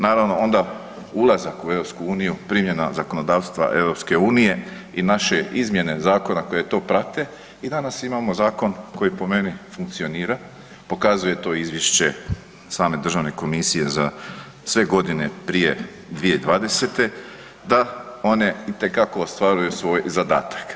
Naravno onda ulazak u EU, primjena zakonodavstva EU i naše izmjene zakona koje to prate i danas imamo zakon koji po meni funkcionira, pokazuje to Izvješće same državne komisije za sve godine prije 2020. da one itekako ostvaruju svoj zadatak.